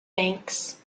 banks